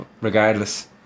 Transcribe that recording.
regardless